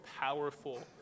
powerful